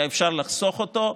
היה אפשר לחסוך אותו.